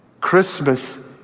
Christmas